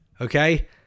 okay